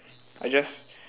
I just